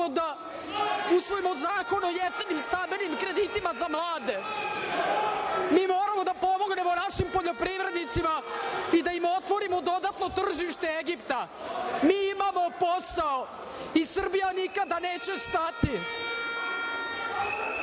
da usvojimo zakone o jeftinim stambenim kreditima za mlade, mi moramo da pomognemo našim poljoprivrednicima i da im otvorimo dodatno tržište Egipta. Mi moramo da radimo posao i Srbija nikada neće stati. Srbija